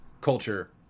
culture